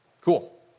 Cool